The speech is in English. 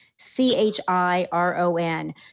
C-H-I-R-O-N